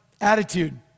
attitude